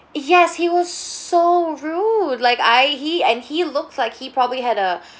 yes he was so rude like I he and he looked like he probably had a